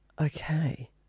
Okay